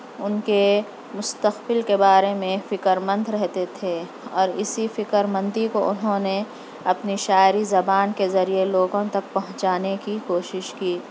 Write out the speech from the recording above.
ان کے مستقبل کے بارے میں فکر مند رہتے تھے اور اسی فکر مندی کو انہوں نے اپنی شاعری زبان کے ذریعہ لوگوں تک پہنچانے کی کوشش کی